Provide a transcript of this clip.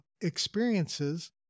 experiences